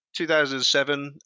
2007